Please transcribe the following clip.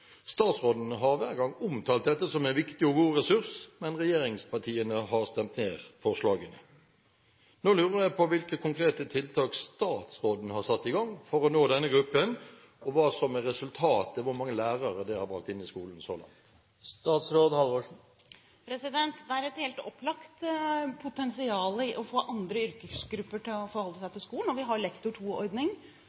hver gang omtalt dette som en viktig og god ressurs, men regjeringspartiene har stemt ned forslagene. Nå lurer jeg på hvilke konkrete tiltak statsråden har satt i gang for å nå denne gruppen, og hva som er resultatet – hvor mange lærere det har brakt inn i skolen så langt? Det er et helt opplagt potensial i å få andre yrkesgrupper til å forholde seg til skolen, og vi har Lektor 2-ordning, som det er mulig å benytte seg